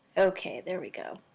okay. there we go.